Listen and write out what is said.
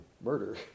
murder